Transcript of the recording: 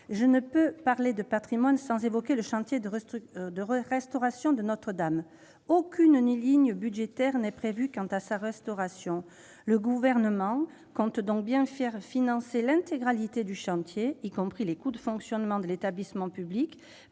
Je ne peux parler de patrimoine sans évoquer le chantier de restauration de Notre-Dame de Paris. Aucune ligne budgétaire n'est prévue. Le Gouvernement compte donc bien faire financer l'intégralité du chantier, y compris les coûts de fonctionnement de l'établissement public,